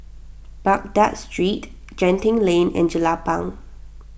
Baghdad Street Genting Lane and Jelapang